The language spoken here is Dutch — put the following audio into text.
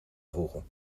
voegen